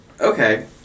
Okay